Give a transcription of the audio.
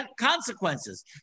consequences